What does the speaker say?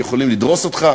כי יכולים לדרוס אותך,